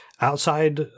outside